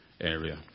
area